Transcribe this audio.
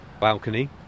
Balcony